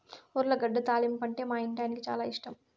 ఉర్లగడ్డ తాలింపంటే మా ఇంటాయనకి చాలా ఇష్టం